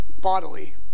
bodily